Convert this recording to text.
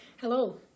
Hello